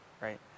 right